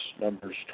Numbers